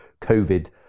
COVID